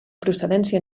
procedència